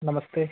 नमस्ते